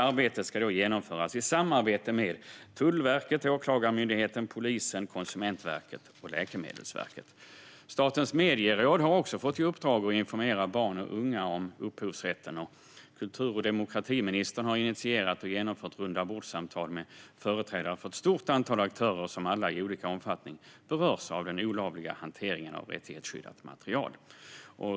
Arbetet ska genomföras i samarbete med Tullverket, Åklagarmyndigheten, polisen, Konsumentverket och Läkemedelsverket. Statens medieråd har också fått i uppdrag att informera barn och unga om upphovsrätten. Kultur och demokratiministern har initierat och genomfört rundabordssamtal med företrädare för ett stort antal aktörer som alla i olika omfattning berörs av den olovliga hanteringen av rättighetsskyddat material.